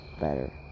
better